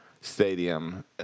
stadium